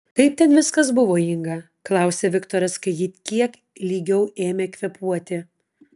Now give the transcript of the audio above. kaip ten viskas buvo inga klausė viktoras kai ji kiek lygiau ėmė kvėpuoti